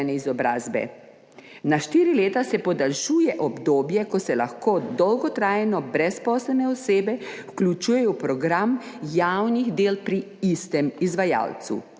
Na štiri leta se podaljšuje obdobje, ko se lahko dolgotrajno brezposelne osebe vključujejo v program javnih del pri istem izvajalcu,